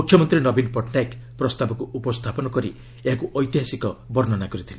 ମୁଖ୍ୟମନ୍ତ୍ରୀ ନବୀନ ପଟ୍ଟନାୟକ ପ୍ରସ୍ତାବକୁ ଉପସ୍ଥାପନ କରି ଏହାକୁ ଐତିହାସିକ ବର୍ଷନା କରିଥିଲେ